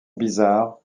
bizarre